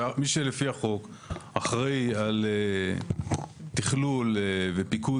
מי שלפי החוק אחראי על תכלול ופיקוד